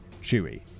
Chewy